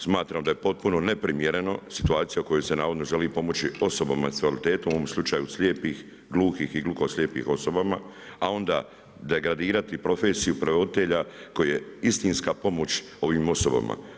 Smatram da je potpuno neprimjereno situacija u kojoj se navodno želi pomoći osobama s invaliditetom, u ovom slučaju, slijepih, gluhih i gluhoslijepih osoba, a onda degradirati profesiju prevoditelja koji je istinska pomoć ovim osobama.